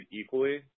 equally